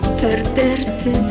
perderte